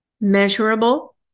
measurable